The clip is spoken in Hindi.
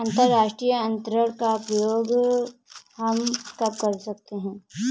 अंतर्राष्ट्रीय अंतरण का प्रयोग हम कब कर सकते हैं?